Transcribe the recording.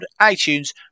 iTunes